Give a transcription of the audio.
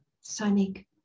sonic